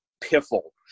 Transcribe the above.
piffle